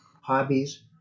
hobbies